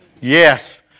Yes